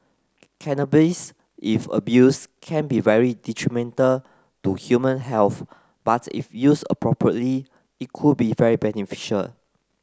cannabis if abused can be very detrimental to human health but if used appropriately it could be very beneficial